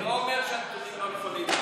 אני לא אומר שהנתונים לא נכונים.